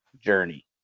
journey